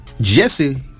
Jesse